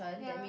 ya